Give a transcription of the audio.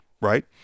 Right